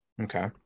Okay